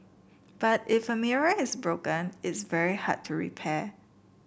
but if a mirror is broken it's very hard to repair